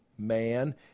man